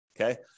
okay